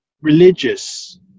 religious